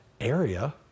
area